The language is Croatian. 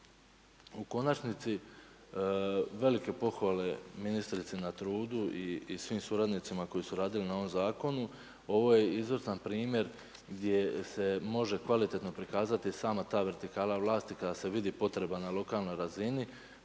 U konačnici, velike pohvale ministrici na trudu i svim suradnicima koji su radili na ovom zakonu. Ovo je izvrstan primjer gdje se može kvalitetno prikazati sama ta vertikala vlasti kada se vidi potreba na lokalnoj razini